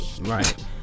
Right